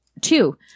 two